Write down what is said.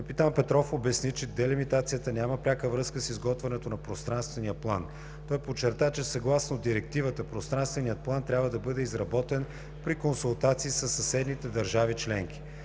Капитан Петров обясни, че делимитацията няма пряка връзка с изготвянето на пространствения план. Той подчерта, че съгласно Директивата пространственият план трябва да бъде изработен при консултации със съседните държави членки.